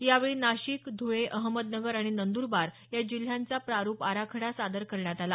यावेळी नाशिक धुळे अहमदनगर आणि नंद्रबार जिल्ह्याचा प्रारूप आराखडा सादर करण्यात आला